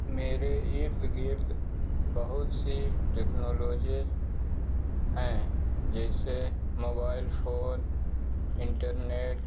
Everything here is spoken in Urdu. میرے ارد گرد بہت سی ٹیکنالوجی ہیں جیسے موبائل فون انٹرنیٹ